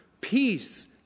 Peace